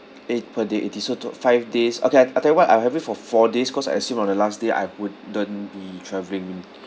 eight per day eighty so to~ five days okay I I tell you what I'll have it for four days cause I assume on the last day I won't don't be travelling